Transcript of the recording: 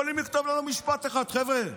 יכולים לכתוב לנו משפט אחד: חבר'ה,